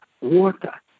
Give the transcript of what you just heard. water